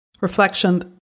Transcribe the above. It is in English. Reflection